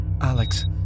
Alex